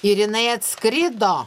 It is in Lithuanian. ir jinai atskrido